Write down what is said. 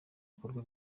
bikorwa